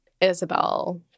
Isabel